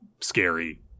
scary